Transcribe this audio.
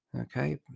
okay